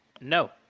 No